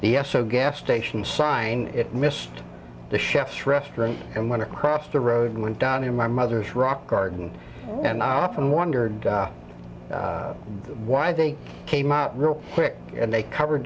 o gas station sign it missed the chef's restaurant and went across the road and went down in my mother's rock garden and i often wondered why they came out real quick and they cover